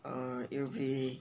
uh it'll be